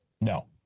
No